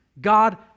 God